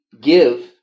give